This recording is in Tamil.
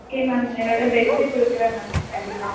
ஓகே மேம் என்னோட பெஸ்ட் கொடுக்குறேன் மேம் கண்டிப்பாக